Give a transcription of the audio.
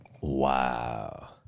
Wow